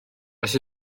oes